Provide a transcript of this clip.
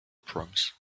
proms